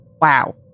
Wow